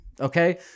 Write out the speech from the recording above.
Okay